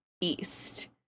East